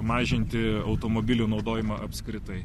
mažinti automobilių naudojimą apskritai